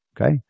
Okay